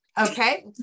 Okay